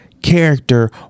character